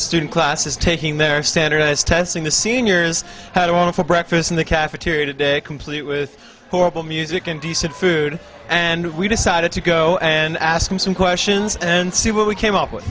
student class is taking their standardized testing the seniors had a wonderful breakfast in the cafeteria today complete with horrible music and decent food and we decided to go and ask him some questions and see what we came up